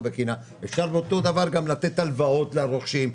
בחינם אפשר אותו דבר גם לתת הלוואות לרוכשים,